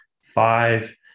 five